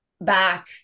back